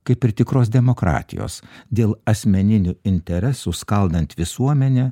kaip ir tikros demokratijos dėl asmeninių interesų skaldant visuomenę